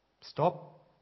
Stop